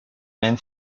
même